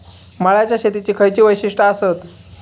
मळ्याच्या शेतीची खयची वैशिष्ठ आसत?